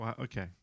Okay